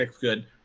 good